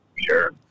Sure